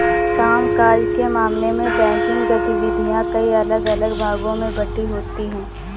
काम काज के मामले में बैंकिंग गतिविधियां कई अलग अलग भागों में बंटी होती हैं